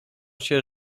się